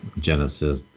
Genesis